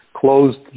Closed